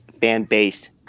fan-based